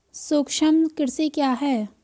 सूक्ष्म कृषि क्या है?